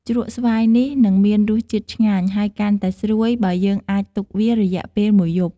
ជ្រក់ស្វាយនេះនឹងមានរសជាតិឆ្ងាញ់ ហើយកាន់តែស្រួយបើយើងអាចទុកវារយៈពេលមួយយប់។